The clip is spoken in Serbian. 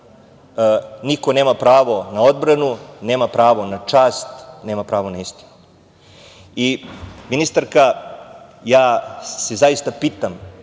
niko nema pravo na odbranu, nema pravo na čast, nema pravo na istinu. Ministarka, zaista se pitam